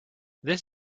this